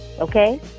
Okay